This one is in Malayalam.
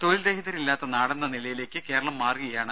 തൊഴിൽ രഹിതരില്ലാത്ത നാടെന്ന നിലയിലേക്ക് കേരളം മാറുകയാണ്